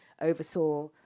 oversaw